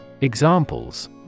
Examples